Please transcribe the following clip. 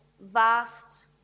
vast